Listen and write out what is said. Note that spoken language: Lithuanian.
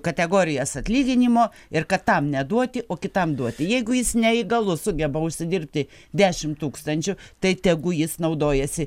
kategorijas atlyginimo ir kad tam neduoti o kitam duoti jeigu jis neįgalus sugeba užsidirbti dešim tūkstančių tai tegu jis naudojasi